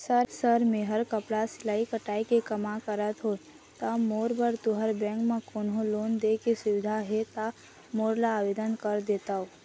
Sir Mehar कपड़ा सिलाई कटाई के कमा करत हों ता मोर बर तुंहर बैंक म कोन्हों लोन दे के सुविधा हे ता मोर ला आवेदन कर देतव?